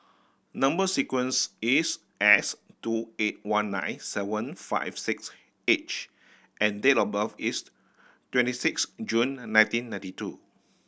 number sequence is S two eight one nine seven five six H and date of birth is twenty six June nineteen ninety two